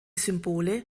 symbole